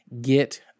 get